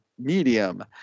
Medium